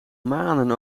maanden